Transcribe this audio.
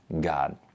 God